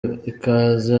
ikaze